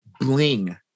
Bling